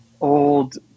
old